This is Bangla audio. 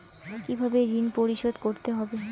কিভাবে ঋণ পরিশোধ করতে হবে?